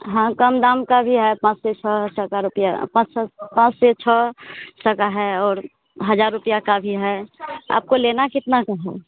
हाँ कम दाम का भी है पाँच से छह सौ रुपया पाँच से छह सौ का है और हज़ार रुपया का भी है आपको लेना कितना का है